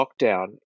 lockdown